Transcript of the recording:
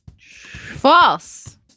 False